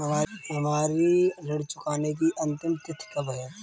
हमारी ऋण चुकाने की अंतिम तिथि कब है?